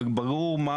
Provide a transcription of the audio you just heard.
וברור מה,